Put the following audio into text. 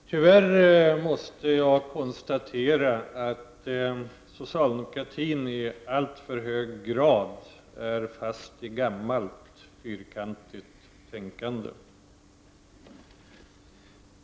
Fru talman! Tyvärr måste jag konstatera att socialdemokratin i alltför hög grad är fast i gammalt fyrkantigt tänkande.